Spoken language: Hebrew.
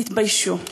תתביישו.